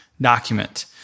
document